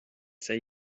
say